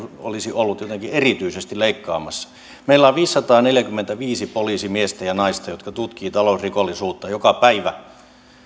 olisi ollut jotenkin erityisesti leikkaamassa meillä on viisisataaneljäkymmentäviisi poliisimiestä ja naista jotka tutkivat talousrikollisuutta joka päivä